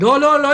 לא, לא, לא.